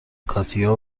کاتیا